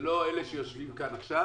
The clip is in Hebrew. זה לא אלה שיושבים כאן עכשיו